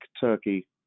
Turkey